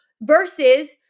versus